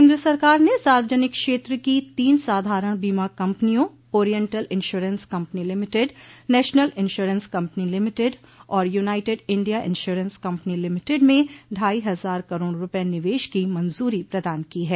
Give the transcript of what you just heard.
केन्द्र सरकार ने सार्वजनिक क्षेत्र की तीन साधारण बीमा कम्पनियों Oriental Insurance Company Limited National Insurance Company Limited और United India Insurance Company Limited में ढाई हज़ार करोड़ रूपये निवेश की मंजूरी प्रदान की है